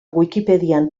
wikipedian